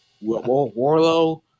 Warlow